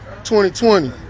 2020